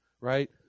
right